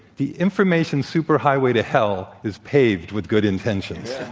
the information superhighway to hell is paved with good intentions.